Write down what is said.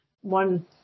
one